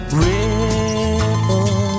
ripple